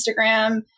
Instagram